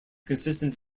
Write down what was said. consistent